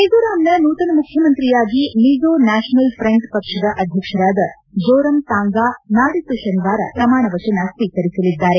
ಮಿಜೋರಾಂನ ನೂತನ ಮುಖ್ಯಮಂತ್ರಿಯಾಗಿ Mizo National Front ಪಕ್ಷದ ಅಧ್ಯಕ್ಷರಾದ ಜೋರಂ ತಾಂಗಾ ನಾಡಿದ್ದು ಶನಿವಾರ ಪ್ರಮಾಣ ವಚನ ಸ್ವೀಕರಿಸಲಿದ್ದಾರೆ